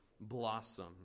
blossom